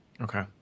okay